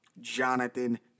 Jonathan